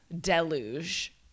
deluge